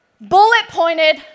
bullet-pointed